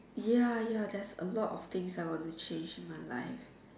ya ya there's a lot of things I want to change in my life